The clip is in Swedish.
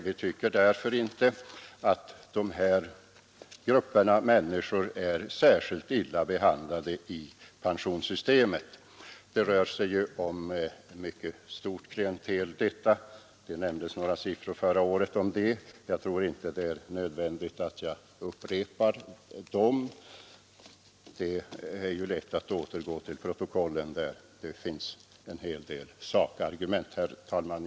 Vi tycker därför inte att de här grupperna är särskilt illa behandlade i pensionssystemet. Det rör sig ju om ett mycket stort klientel. Det nämndes några siffror förra året, och jag tror inte att det är nödvändigt att jag upprepar dem; det är lätt att återgå till förra årets protokoll där det finns en hel del sakargument. Herr talman!